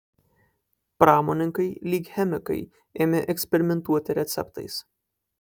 pramonininkai lyg chemikai ėmė eksperimentuoti receptais